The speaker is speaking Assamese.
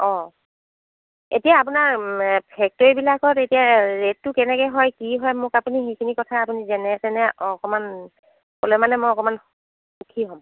অ' এতিয়া আপোনাৰ ফেক্টৰীবিলাকত এতিয়া ৰেটটো কেনেকে হয় কি হয় মোক আপুনি সেইখিনি কথা যেনেতেনে অকণমান ক'লে মানে মই অকমাণ সুখী হ'ম